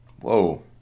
Whoa